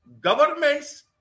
governments